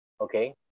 Okay